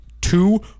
two